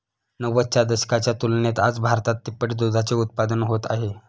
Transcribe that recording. नव्वदच्या दशकाच्या तुलनेत आज भारतात तिप्पट दुधाचे उत्पादन होत आहे